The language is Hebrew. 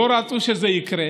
הם לא רצו שזה יקרה